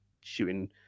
shooting